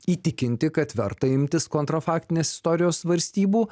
įtikinti kad verta imtis kontra faktines istorijos svarstybų